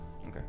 Okay